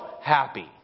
happy